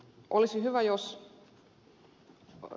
olisi hyvä jos ed